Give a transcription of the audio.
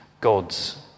God's